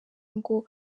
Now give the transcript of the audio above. ngo